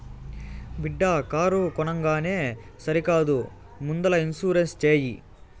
బిడ్డా కారు కొనంగానే సరికాదు ముందల ఇన్సూరెన్స్ చేయి